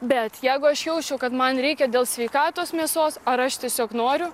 bet jeigu aš jausčiau kad man reikia dėl sveikatos mėsos ar aš tiesiog noriu